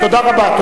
טוב, תודה רבה.